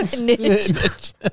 niche